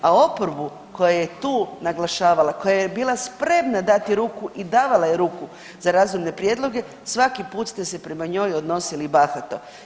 A oporbu koja je tu naglašavala koja je bila spremna dati ruku i davala je ruku za razumne prijedloge svaki put ste se prema njoj odnosili bahato.